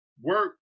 work